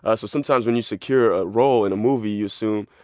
ah so sometimes when you secure a role in a movie, you assume,